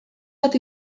bat